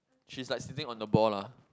she's like sitting on the ball lah